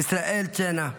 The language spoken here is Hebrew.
ישראל צ'אנה,